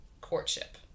courtship